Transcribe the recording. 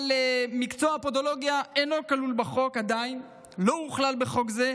אבל מקצוע הפודולוגיה עדיין אינו כלול בחוק ולא הוכלל בחוק זה.